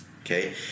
okay